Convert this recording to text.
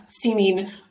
seeming